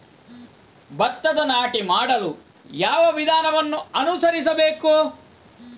ಭತ್ತದ ನಾಟಿ ಮಾಡಲು ಯಾವ ವಿಧಾನವನ್ನು ಅನುಸರಿಸಬೇಕು?